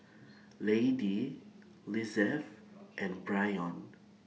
Lady Lizeth and Bryon